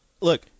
Look